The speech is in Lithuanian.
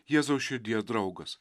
jėzaus širdies draugas